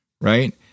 right